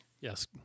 yes